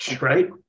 right